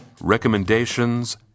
recommendations